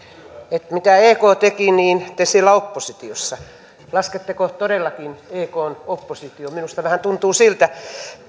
että mitä ek teki niin te siellä oppositiossa lasketteko todellakin ekn oppositioon minusta vähän tuntuu siltä